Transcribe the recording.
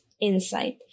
insight